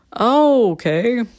okay